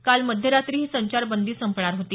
काल मध्यरात्री ही संचारबंदी संपणार होती